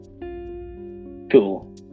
Cool